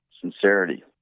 sincerity